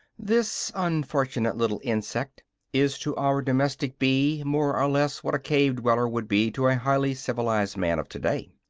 this unfortunate little insect is to our domestic bee more or less what a cave-dweller would be to a highly-civilized man of to-day.